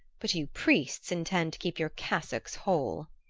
but you priests intend to keep your cassocks whole.